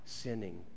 sinning